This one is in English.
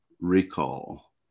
recall